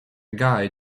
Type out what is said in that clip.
guy